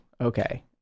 Okay